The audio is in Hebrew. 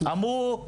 אמרו,